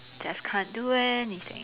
just can't do anything